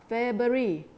february